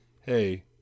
hey